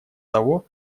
того